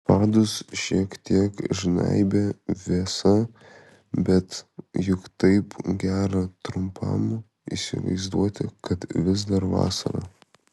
padus šiek tiek žnaibė vėsa bet juk taip gera trumpam įsivaizduoti kad vis dar vasara